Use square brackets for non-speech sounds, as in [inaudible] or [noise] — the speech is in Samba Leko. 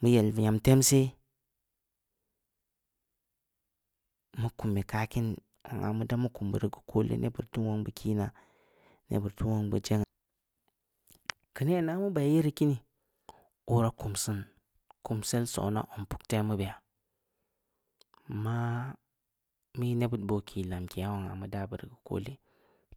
Mu yel nyam [unintelligible] seh, mu kum yi keu aah kin, zong aah da mu kum beuri geu koole, nebbud ii wong kiina, nebbud ii wong bud jengha, keu nenah mu bai yeri kini, ora kumsiin kumsel sonaa zong puktemu beya, maah mu yi nebbud boo kii lamkeya, zongha mu daa buri geu koole,